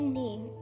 name